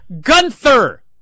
Gunther